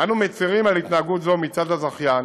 אנו מצרים על התנהגות זו מצד הזכיין,